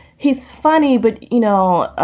he's funny, but, you know,